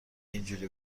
اینجوری